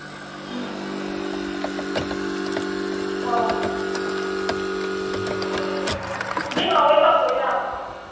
ꯎꯝ ꯑꯧ ꯒꯤꯞꯑꯦꯋꯦ ꯇꯧꯊꯣꯛꯏꯔꯥꯕ